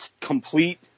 complete